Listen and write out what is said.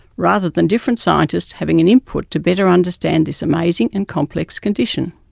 rather than different scientists having an input to better understand this amazing and complex condition.